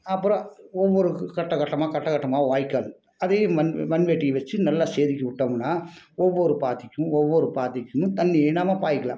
அப்புறம் ஒவ்வொரு கட்டம் கட்டமாக கட்டம் கட்டமாக வாய்க்கால் அதையும் மண் மண்வெட்டியை வெச்சு நல்லா செதுக்கிவிட்டம்னா ஒவ்வொரு பாத்திக்கும் ஒவ்வொரு பாத்திக்கும் தண்ணி இனாம பாய்க்கலாம்